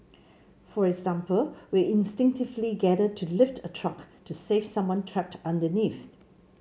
for example we instinctively gather to lift a truck to save someone trapped underneath